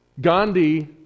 Gandhi